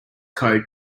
code